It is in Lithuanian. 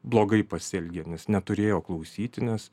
blogai pasielgė nes neturėjo klausyti nes